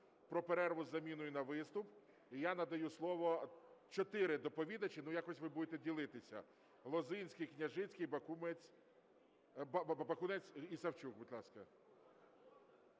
про перерву із заміною на виступ. І я надаю слово… Чотири доповідачі, ну, якось ви будете ділитися, Лозинський, Княжицький, Бакунець і Савчук. Будь ласка.